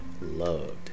loved